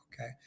okay